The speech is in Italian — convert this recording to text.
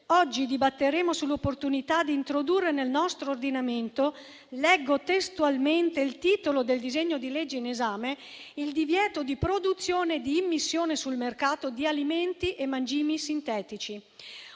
oggi dibatteremo sull'opportunità di introdurre nel nostro ordinamento - leggo testualmente dal titolo del disegno di legge in esame - il «divieto di produzione e di immissione sul mercato di alimenti e mangimi sintetici».